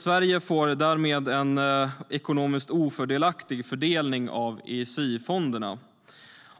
Sverige får därmed en ekonomiskt ofördelaktig fördelning av ESI-fonderna.